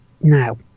Now